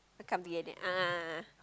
so come together a'ah a'ah